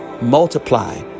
multiply